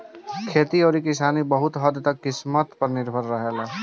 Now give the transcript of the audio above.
खेती अउरी किसानी बहुत हद्द तक किस्मत पर निर्भर रहेला